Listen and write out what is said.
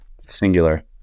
Singular